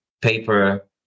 paper